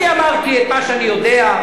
אני אמרתי את מה שאני יודע,